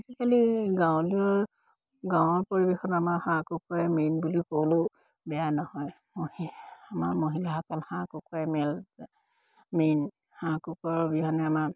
আজিকালি গাঁৱৰ পৰিৱেশত আমাৰ হাঁহ কুকুৰাই মেইন বুলি ক'লেও বেয়া নহয় আমাৰ মহিলাসকল হাঁহ কুকুৰাই মেইন হাঁহ কুকুৰাৰ অবিহনে আমাৰ